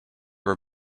were